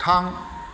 थां